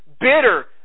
bitter